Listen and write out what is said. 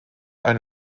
eine